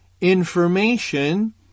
information